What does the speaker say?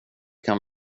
kan